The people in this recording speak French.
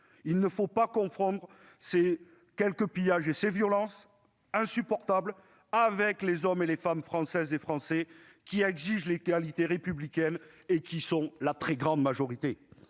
monsieur le ministre, ces quelques pillages et ces violences insupportables avec les femmes et les hommes, françaises et français, qui exigent l'égalité républicaine et qui sont la très grande majorité.